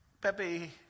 Pepe